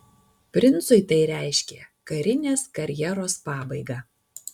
princui tai reiškė karinės karjeros pabaigą